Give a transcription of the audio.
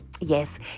yes